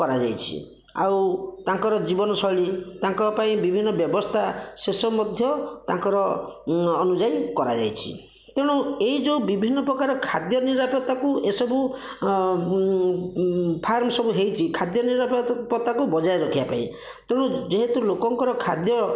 କରାଯାଇଛି ଆଉ ତାଙ୍କର ଜୀବନଶୈଳୀ ତାଙ୍କ ପାଇଁ ବିଭିନ୍ନ ବ୍ୟବସ୍ଥା ସେସବୁ ମଧ୍ୟ ତାଙ୍କର ଅନୁଯାୟୀ କରାଯାଇଛି ତେଣୁ ଏ ଯେଉଁ ବିଭିନ୍ନ ପ୍ରକାର ଖାଦ୍ୟ ନିରାପତାକୁ ଏସବୁ ଫାର୍ମ ସବୁ ହୋଇଛି ଖାଦ୍ୟ ନିରାପତାକୁ ବଜାୟ ରଖିବା ପାଇଁ ତେଣୁ ଯେହେତୁ ଲୋକଙ୍କର ଖାଦ୍ୟ